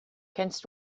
kennst